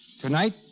Tonight